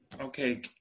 okay